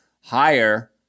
higher